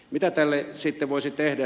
mitä tälle sitten voisi tehdä